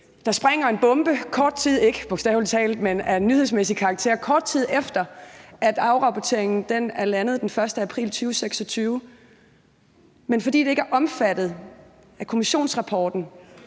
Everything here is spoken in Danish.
karakter – kort tid efter at afrapporteringen er landet den 1. april 2026. Men fordi det ikke er omfattet af kommissionsrapporten,